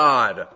God